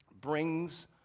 brings